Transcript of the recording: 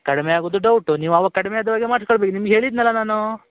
ಕಡಿಮೆ ಆಗೋದು ಡೌಟು ನೀವು ಅವಾಗ ಕಡಿಮೆ ಆದವಾಗ ಮಾಡಿಸ್ಕೊಳ್ ಬೇಕ್ ನಿಮ್ಗೆ ಹೇಳಿದ್ನಲ್ಲ ನಾನು